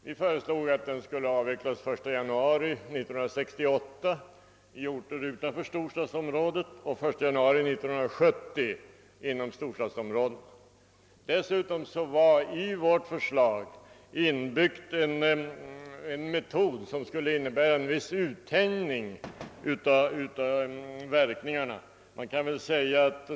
Vi föreslog att den skulle avvecklas den 1 januari 1968 i orter utanför storstadsområdena och den 1 januari 1970 inom storstadsområdena. Dessutom ingick i vårt förslag en metod, som skulle innebära en viss uttänjning av verkningarna.